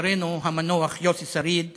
חברנו המנוח יוסי שריד